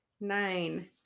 nine